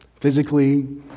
physically